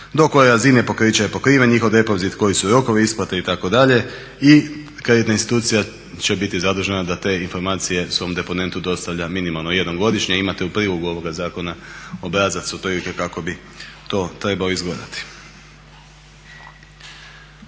do koje razine pokrića je pokriven njihov depozit, koji su rokovi isplate itd.. I kreditna institucija će biti zadužena da te informacije svom deponentu dostavlja minimalno jednom godišnje, imate u prilogu ovoga zakona obrazac otprilike kako bi to trebao izgledati.